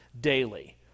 daily